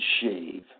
shave